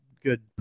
good